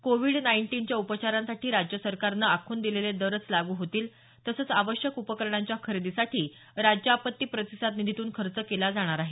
Covid नाइन्टीनच्या उपचारांसाठी राज्य सरकारनं आखून दिलेले दरच लागू होतील तसंच आवश्यक उपकरणांच्या खरेदीसाठी राज्य आपत्ती प्रतिसाद निधीतून खर्च केला जाणार आहे